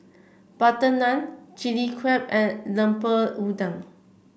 butter naan Chilli Crab and Lemper Udang